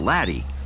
Laddie